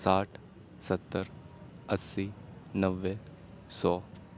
ساٹھ ستّر اسی نوے سو